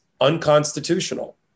unconstitutional